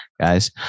guys